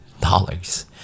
dollars